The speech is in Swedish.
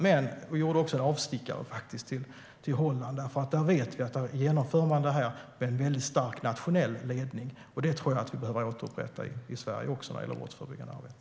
Jag gjorde också en avstickare till Holland eftersom vi vet att man där genomför detta under stark nationell ledning. Det tror jag att vi behöver återupprätta i Sverige också när det gäller brottsförebyggande arbete.